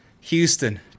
Houston